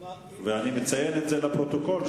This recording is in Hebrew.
אני מציין את זה לפרוטוקול,